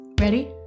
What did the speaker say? Ready